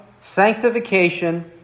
sanctification